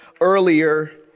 earlier